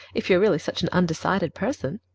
if you are really such an undecided person,